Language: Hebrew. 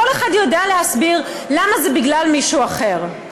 כל אחד יודע להסביר למה זה בגלל מישהו אחר.